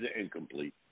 incomplete